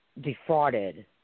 defrauded